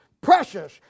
precious